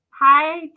Hi